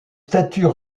statues